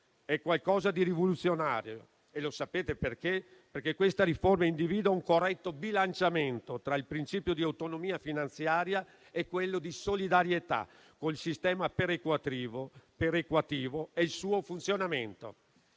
È qualcosa di rivoluzionario e sapete perché? Perché questa riforma individua un corretto bilanciamento tra il principio di autonomia finanziaria e quello di solidarietà con il sistema perequativo e il suo funzionamento.